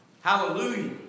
hallelujah